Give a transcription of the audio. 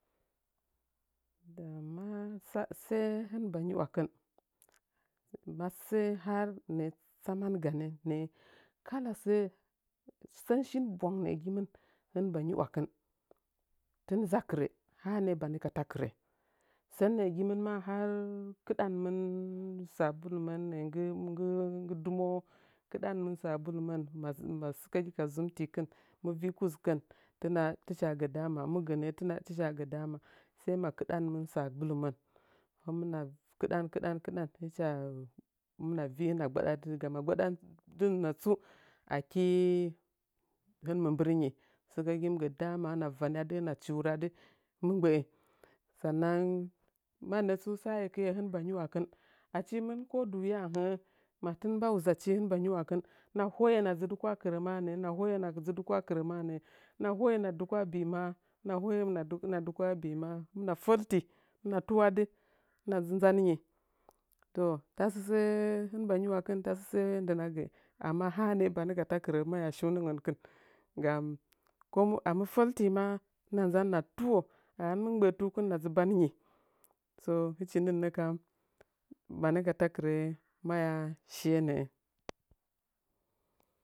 Dama sai sai hɨn ba nyiwakɨn masə ha nəə tsaman ganə nəə kala sə sən shin bwang nəə gimɨn hɨn ba nyi wakɨn tɨn zakɨrə ha nəgən banə ka takɨrə sən nəə gimɨn mia har, kɨɗanmɨn sabulmen nəə nggɨ nggɨ nggɨ dɨmo'o kɨɗanmɨn sabulmen ma ma sɨkəgi ka zɨmtikɨn mɨ ui kuskən ticha tino gə dama mɨgə nəə ticha gə dama sai ma kɨɗan mɨn sabulmən hɨmɨna kɨɗan kɨɗan kɨɗan hɨmɨna vi hɨna gbaɗadɨ daga gbaɗadɨn natsu aki hɨn mɨ mbɨrnyi sɨka mɨ gə dama hɨna vanyadɨ hɨna chury adɨ mɨ mgbəə sanna sən saekɨn hɨn ba nyiwakɨn echi hɨmɨn ko duye aha'ə matin mba wuzachi hɨn ha nyiwaki hɨna woye hɨna dzɨ dɨko'o akirə ma nə hɨna hoye hɨna dzɨ dɨkolo akɨrə manəə hɨna hoye hɨna dɨkolo a bɨ ma hɨna hoye hɨna dɨko'o a bɨ ma hɨmɨna felti hɨna tuwadɨ hɨna dzɨ nzanyi to tasə sə hɨn ba nyi wakɨn taso ndɨna ya amma ha nogən banə ka takɨro maya shiunəngən kɨn gam ko ami feltima hɨna nzan hɨna tuwo a hɨn mɨ mgbə tukɨn hɨna dzɨ bannyi so hɨchi nɨunə kam banə ka takɨrə maya shiye nəə.